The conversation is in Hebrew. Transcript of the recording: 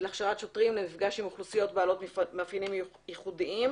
להכשרת שוטרים למפגש עם אוכלוסיות בעלות מאפיינים ייחודיים.